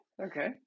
Okay